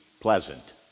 pleasant